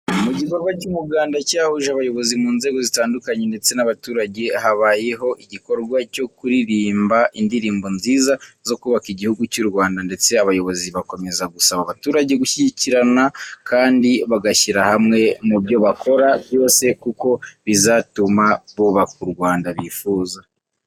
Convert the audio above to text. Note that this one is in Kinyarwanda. Mu gikorwa cy'umuganda cyahuje abayobozi mu nzego zitandukanye ndetse n'abaturage, habayeho igikorwa cyo kuririmba indirimbo nziza zo kubaka Igihugu cy'u Rwanda ndetse abayobozi bakomeza gusaba abaturage gushyigikirana kandi bagashyira hamwe mu byo bakora byose kuko bizatumba bubaka u Rwanda bifuza.